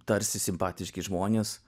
tarsi simpatiški žmonės